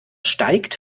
steigt